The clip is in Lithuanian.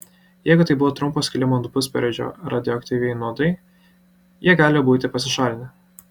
jeigu tai buvo trumpo skilimo pusperiodžio radioaktyvieji nuodai jie gali būti pasišalinę